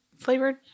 flavored